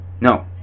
No